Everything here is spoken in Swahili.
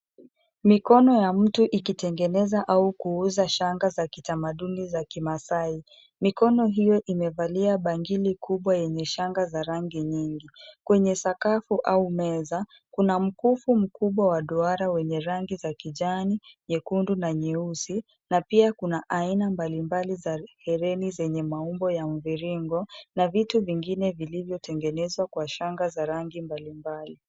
Mikono ya mtu ikitengeneza au kuuza shanga za kitamaduni za kimasaai. Mikono hiyo imevalia bangili kubwa yenye shanga za rangi nyingi. Kwenye sakafu au meza, kuna mkufu mkubwa wa duara wenye rangi za kijani, nyekundu, na nyeusi, na pia kuna aina mbalimbali za hereni zenye maumbo ya mviringo, na vitu vingine vilivyotengenezwa kwa shanga za rangi mbalimbali.